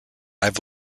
have